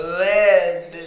led